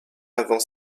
avant